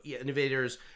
Innovators